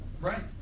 right